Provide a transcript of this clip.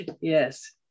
yes